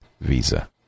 Visa